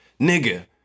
nigga